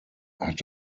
hat